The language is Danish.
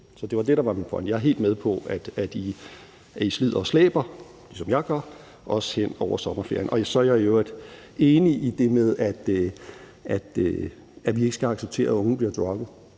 Så det var det, der var min pointe. Jeg er helt med på, at I slider og slæber, ligesom jeg gør, også hen over sommerferien. Så er jeg i øvrigt enig i det med, at vi ikke skal acceptere, at unge bliver drugget,